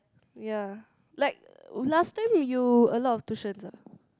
ya like last time when you a lot of tuitions eh